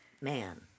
man